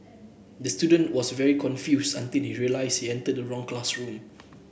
the student was very confused until he realised he entered the wrong classroom